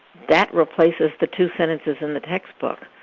that replaces the two sentences in the textbook,